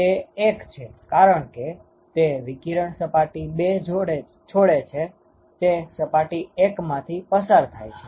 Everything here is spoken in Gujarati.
તે 1 છે કારણ કે તે વિકિરણ સપાટી 2 છોડે છે તે સપાટી 1 માંથી પસાર થાય છે